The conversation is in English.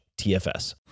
TFS